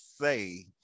say